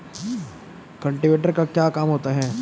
Cultivator का क्या काम होता है?